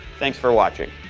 thanks for watching.